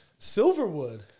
Silverwood